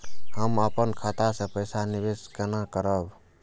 हम अपन खाता से पैसा निवेश केना करब?